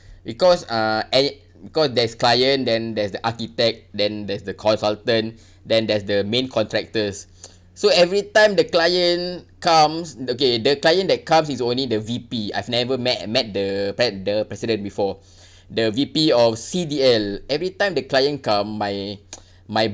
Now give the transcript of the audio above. because uh an~ because there's client then there's the architect then there's the consultant then there's the main contractors so every time the client comes okay the client that comes is only the V_P I've never met met the met the president before the V_P or C_D_L every time the client come my my